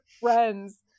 friends